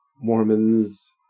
Mormons